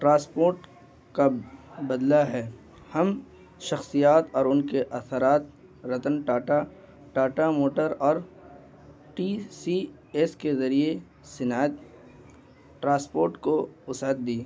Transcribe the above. transport کا بدلا ہے ہم شخصیات اور ان کے اثرات رتن ٹاٹا ٹاٹا موٹر اور ٹی سی ایس کے ذریعے صنعت ٹرانسپورٹ کو وسعت دی